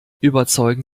überzeugen